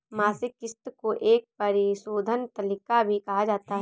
मासिक किस्त को एक परिशोधन तालिका भी कहा जाता है